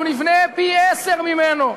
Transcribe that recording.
אנחנו נבנה פי-עשרה ממנו,